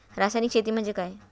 रासायनिक शेती म्हणजे काय?